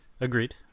Agreed